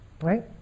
right